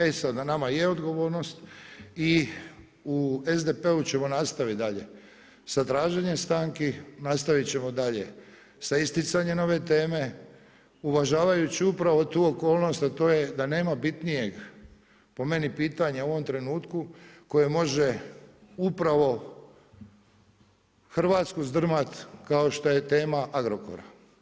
E sad na nama je odgovornost i u SDP-u ćemo nastavit dalje sa traženjem stanki, nastavit ćemo dalje sa isticanjem nove teme, uvažavajući upravo tu okolnost a to je da nema bitnijeg po meni pitanja u ovom trenutku koje može upravo Hrvatsku zdrmati kao što je tema Agrokora.